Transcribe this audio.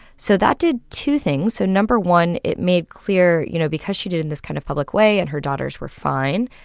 so that did two things. so no. one, it made clear, you know, because she did in this kind of public way and her daughters were fine,